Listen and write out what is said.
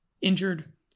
injured